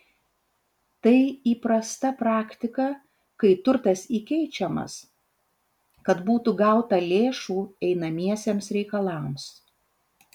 tai įprasta praktika kai turtas įkeičiamas kad būtų gauta lėšų einamiesiems reikalams